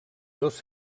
dos